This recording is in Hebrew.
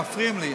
מפריעים לי.